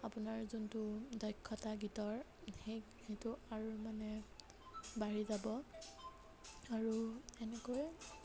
আপোনাৰ যোনটো দক্ষতা গীতৰ সেইটো আৰু মানে বাঢ়ি যাব আৰু এনেকৈয়ে